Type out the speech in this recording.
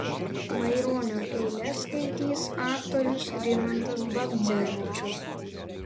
maironio eiles skaitys aktorius rimantas bagdzevičius